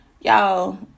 y'all